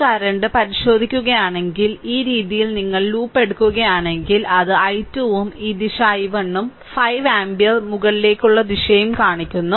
ഈ കറന്റ് പരിശോധിക്കുകയാണെങ്കിൽ ഈ രീതിയിൽ നിങ്ങൾ ലൂപ്പ് എടുക്കുകയാണെങ്കിൽ അത് i2 ഉം ഈ ദിശ i1 ഉം 5 ആമ്പിയർ മുകളിലേക്കുള്ള ദിശയും കാണിക്കുന്നു